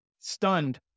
stunned